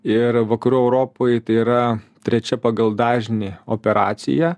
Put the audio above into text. ir vakarų europoj tai yra trečia pagal dažnį operacija